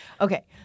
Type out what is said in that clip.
Okay